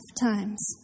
times